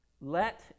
let